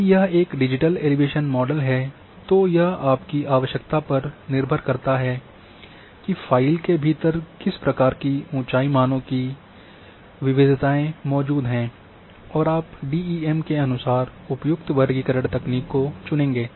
यदि यह एक डिजिटल एलिवेशन मॉडल है तो यह आपकी आवश्यकता पर निर्भर करता है कि फ़ाइल के भीतर किस प्रकार के ऊँचाई मानों की विविधताएँ मौजूद हैं और आप डी ई एम के अनुसार उपयुक्त वर्गीकरण तकनीक को चुनेंगे